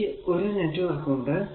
എനിക്ക് ഒരു നെറ്റ്വർക്ക് ഉണ്ട്